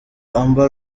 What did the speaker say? amber